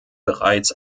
bereits